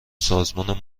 سازمان